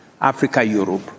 Africa-Europe